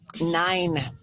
Nine